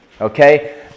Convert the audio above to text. Okay